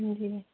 ਹਾਂਜੀ